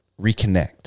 reconnect